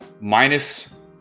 minus